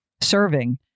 serving